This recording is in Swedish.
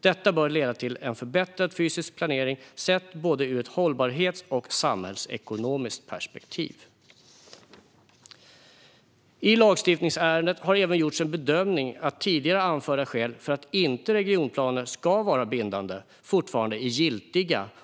Detta bör leda till en förbättrad fysisk planering sett ur både ett hållbarhetsperspektiv och ett samhällsekonomiskt perspektiv. I lagstiftningsärendet har det även gjorts bedömningen att tidigare anförda skäl för att regionplaner inte ska vara bindande fortfarande är giltiga.